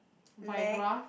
lack